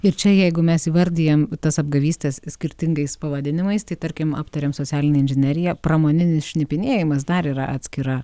ir čia jeigu mes įvardijam tas apgavystes skirtingais pavadinimais tai tarkim aptarėm socialinę inžineriją pramoninis šnipinėjimas dar yra atskira